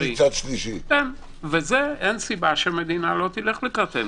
זה אין סיבה שהמדינה לא תלך לקראתנו.